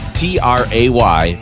tray